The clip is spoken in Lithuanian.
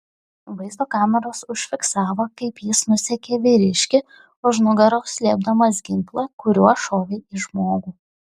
vaizdo kameros užfiksavo kaip jis nusekė vyriškį už nugaros slėpdamas ginklą kuriuo šovė į žmogų